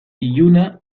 iluna